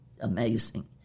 amazing